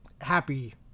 happy